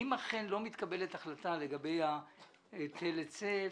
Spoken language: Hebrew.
אם אכן לא מתקבלת החלטה לגבי היטל היצף,